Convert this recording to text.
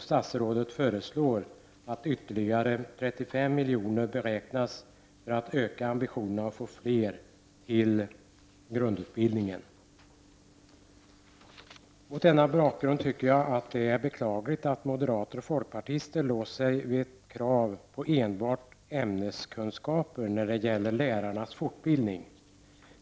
Statsrådet föreslår att ytterligare 35 miljoner avsätts för att öka ambitionerna och få fler till grundutbildningen. Mot denna bakgrund tycker jag att det är beklagligt att moderater och folkpartister låst sig för ett krav på enbart ämneskunskaper när det gäller lärarnas fortbildning.